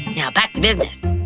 now back to business.